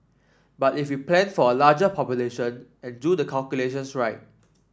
but if we plan for a larger population and do the calculations right